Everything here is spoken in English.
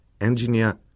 engineer